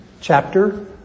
chapter